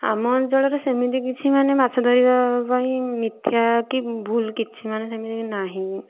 ଆମ ଅଞ୍ଚଳରେ ସେମିତି କିଛି ମାନେ ମାଛ ଧରିବା ପାଇଁ ମିଥ୍ୟା କି ଭୁଲ କିଛି ମାନେ ସେମିତି ନାହିଁ